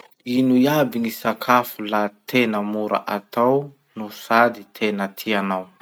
Ino iaby gny sakafo la tena mora atao no sady tena tianao?